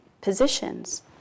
positions